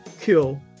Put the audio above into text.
kill